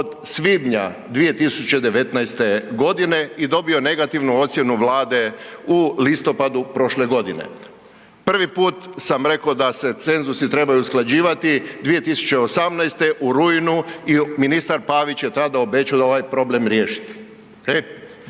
od svibnja 2019.godine i dobio negativnu ocjenu Vlade u listopadu prošle godine. Prvi put sam rekao da se cenzusi trebaju usklađivati 2018.u rujnu i ministar Pavić je tada obećao ovaj problem riješiti.